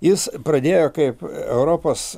jis pradėjo kaip europos